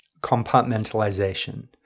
compartmentalization